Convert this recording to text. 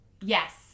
yes